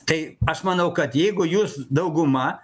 tai aš manau kad jeigu jūs dauguma